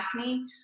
acne